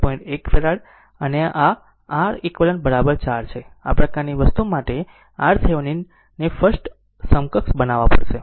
1 farad અને આ R તે રેક 4 છે આ પ્રકારની વસ્તુ માટે R થેવેનિન ને ફર્સ્ટ સમકક્ષ બનાવવા પડશે